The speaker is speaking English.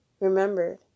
remembered